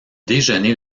déjeuner